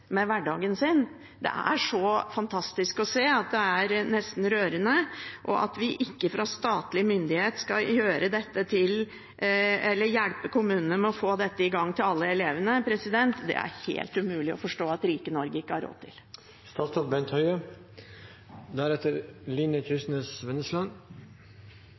Det er så fantastisk å se at det er nesten rørende. At vi ikke fra statlig myndighet skal hjelpe kommunene med å få dette i gang for alle elevene, er det helt umulig å forstå at rike Norge ikke har råd